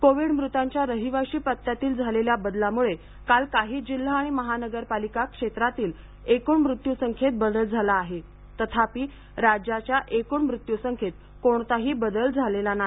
Covid मृतांच्या रहिवाशी पत्त्यानुसार झालेल्या बदलामुळे काल काही जिल्हा आणि महानगरपालिकांच्या क्षेत्रातील एकूण मृत्यूसंख्येत बदल झाला आहे तथापि राज्याच्या एकूण मृत्यूसंख्येत कोणताही बदल झालेला नाही